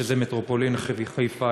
שזה מטרופולין חיפה.